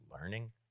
learning